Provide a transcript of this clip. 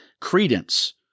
credence